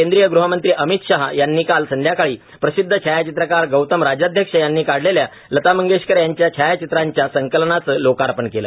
केंद्रिय गृहमंत्री अमित शहा यांनी काल संध्याकाळी प्रसिद्ध छायाचित्रकार गौतम राजाध्यक्ष यांनी काढलेल्या लता मंगेशकर यांच्या छायाचित्रांच्या संकलनाचं लोकार्पण केलं